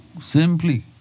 simply